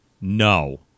no